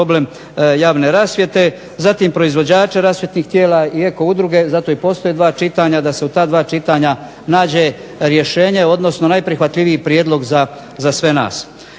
problem javne rasvjete, zatim proizvođače rasvjetnih tijela i eko udruge. Zato i postoje dva čitanja, da se u ta dva čitanja nađe rješenje odnosno najprihvatljiviji prijedlog za sve nas.